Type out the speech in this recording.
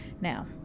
Now